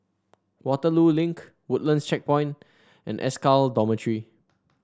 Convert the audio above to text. Waterloo Link Woodlands Checkpoint and SCAL Dormitory